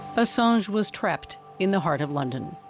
assange was trapped in the heart of london.